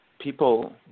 people